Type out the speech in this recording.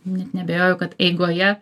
net neabejoju kad eigoje